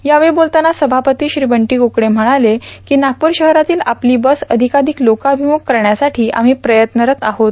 यावेळी बोलताना सभापती श्री बंटी कुकडे म्हणाले नागपूर शहरातील आपली बस अधिकाधिक लोकाभिमुख करण्यासाठी आम्ही प्रयत्नरत आहोत